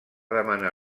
demanar